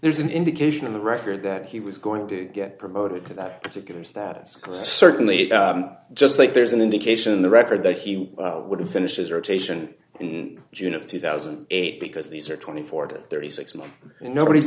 there's an indication in the record that he was going to get promoted to that particular status quo certainly just like there's an indication in the record that he would finish his rotation in june of two thousand and eight because these are twenty four to thirty six of them and nobody's